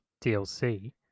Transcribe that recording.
DLC